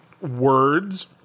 words